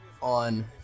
on